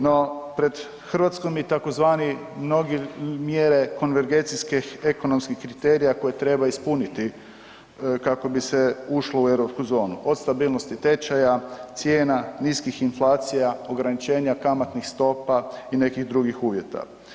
No pred Hrvatskom je tzv. mnogi mjere konvergencijskih ekonomskih kriterija koje treba ispuniti kako bi se ušlo u europsku zonu, od stabilnosti tečaja, cijena, niskih inflacija, ograničenja kamatnih stopa i nekih drugih uvjeta.